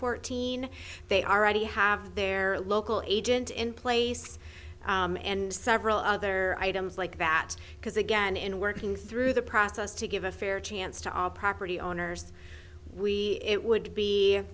fourteen they already have their local agent in place and several other items like that because again in working through the process to give a fair chance to our property owners we it would